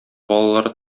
балалары